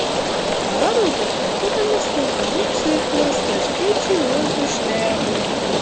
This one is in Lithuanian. paroda pradedamas renginių ciklas kraštiečiui juozui šliavui